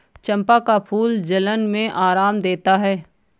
चंपा का फूल जलन में आराम देता है